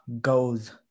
goes